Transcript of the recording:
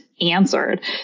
answered